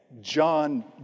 John